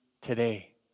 today